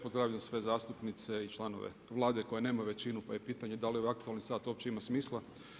Pozdravljam sve zastupnice i članove Vlade koji nemaju većinu, koje je pitanje da li aktualni sat uopće ima smisla.